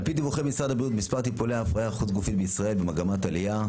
על פי דיווחי משרד הבריאות מספר טיפולי ההפריה החוץ גופית במגמת עלייה.